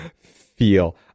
feel